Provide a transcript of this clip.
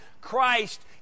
Christ